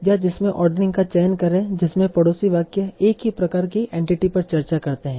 या जिसमे ओर्ड़ेरिंग का चयन करें जिसमें पड़ोसी वाक्य एक ही प्रकार की एंटिटी पर चर्चा करते हैं